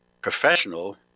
professional